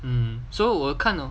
mm so 我看哦